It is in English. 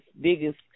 biggest